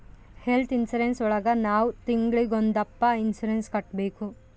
health insurance ಒಳಗ ನಾವ್ ತಿಂಗ್ಳಿಗೊಂದಪ್ಪ ಇನ್ಸೂರೆನ್ಸ್ ಕಟ್ಟ್ಬೇಕು